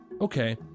Okay